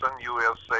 USA